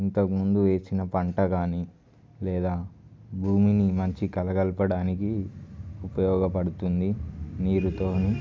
ఇంతకు ముందు ఇచ్చిన పంట కా ని లేదా భూమిని మంచి కలగలపడానికి ఉపయోగపడుతుంది నీరుతోని